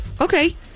Okay